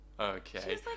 Okay